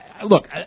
Look